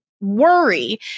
worry